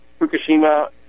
Fukushima